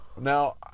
Now